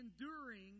enduring